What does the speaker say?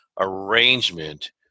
arrangement